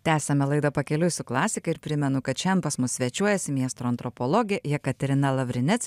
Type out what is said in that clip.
tęsiame laidą pakeliui su klasika ir primenu kad šian pas mus svečiuojasi miestro antropologė jekaterina lavrinec